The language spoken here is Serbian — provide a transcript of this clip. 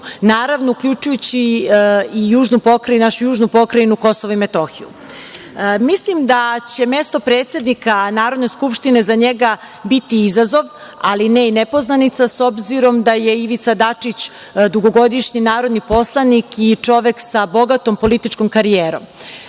naravno, uključujući i našu južnu pokrajinu Kosovo i Metohiju. Mislim da će mesto predsednika Narodne skupštine za njega biti izazov, ali ne i nepoznanica, s obzirom da je Ivica Dačić dugogodišnji narodni poslanik i čovek sa bogatom političkom karijerom.